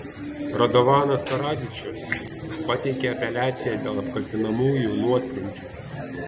radovanas karadžičius pateikė apeliaciją dėl apkaltinamųjų nuosprendžių